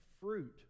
fruit